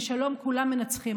בשלום כולם מנצחים,